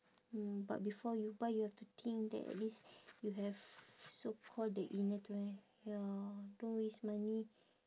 mm but before you buy you have to think that at least you have so call the inner t~ wear ya don't waste money